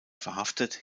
verhaftet